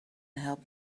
help